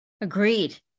Agreed